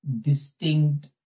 distinct